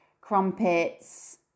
crumpets